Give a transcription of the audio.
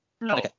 No